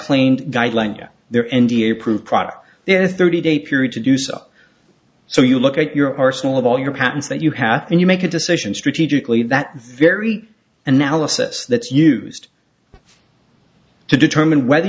claimed guideline their n d a approved product is thirty day period to do so so you look at your arsenal of all your patents that you have and you make a decision strategically that very analysis that's used to determine whether